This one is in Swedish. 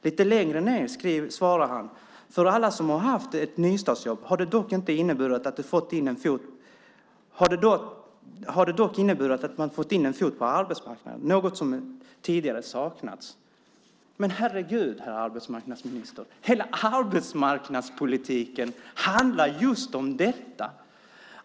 Lite längre ned står det: "För alla som har haft ett nystartsjobb har det dock inneburit att de fått in en fot på arbetsmarknaden, något som de tidigare saknat." Men herregud, herr arbetsmarknadsminister, hela arbetsmarknadspolitiken handlar just om detta!